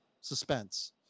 suspense